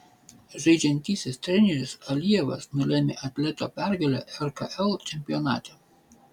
žaidžiantysis treneris alijevas nulėmė atleto pergalę rkl čempionate